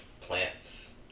plants